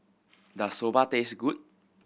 does Soba taste good